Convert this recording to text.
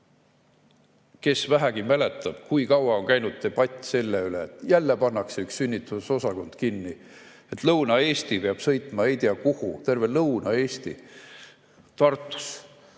kes vähegi mäletab, see teab, kui kaua on käinud debatt selle üle –, et jälle pannakse üks sünnitusosakond kinni, Lõuna-Eestist peab sõitma ei tea kuhu. Terve Lõuna-Eesti sõitku